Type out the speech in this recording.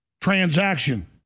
transaction